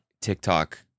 TikTok